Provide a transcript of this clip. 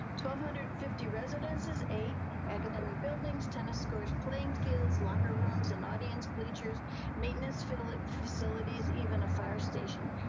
two hundred and fifty residences eight academic buildings tennis court, playing fields locker rooms and audience bleachers maintenance fill it facilities, even a fire station,